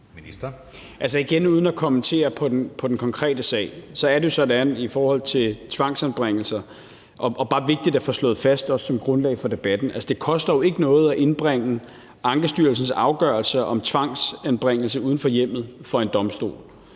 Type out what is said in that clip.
Igen, uden at kommentere på den konkrete sag, er det jo sådan i forhold til tvangsanbringelser – og det er bare vigtigt at få slået det fast, også som grundlag for debatten – at det jo ikke koster noget at indbringe Ankestyrelsens afgørelse om tvangsanbringelse uden for hjemmet for en domstol.